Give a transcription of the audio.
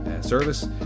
Service